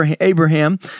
Abraham